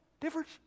difference